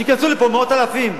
שייכנסו הנה מאות אלפים,